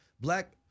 black